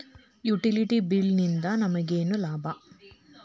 Utility bill ನಿಂದ್ ನಮಗೇನ ಲಾಭಾ?